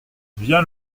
vient